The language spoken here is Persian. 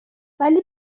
ولی